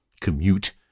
commute